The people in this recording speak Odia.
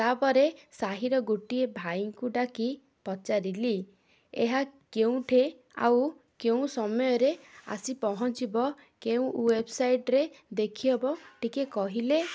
ତା'ପରେ ସାହିର ଗୋଟିଏ ଭାଇଙ୍କୁ ଡାକି ପଚାରିଲି ଏହା କେଉଁଠେ ଆଉ କେଉଁ ସମୟରେ ଆସି ପହଞ୍ଚିବ କେଉଁ ୱେବସାଇଟ୍ରେ ଦେଖିହବ ଟିକେ କହିଲେ